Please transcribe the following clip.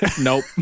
Nope